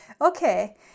Okay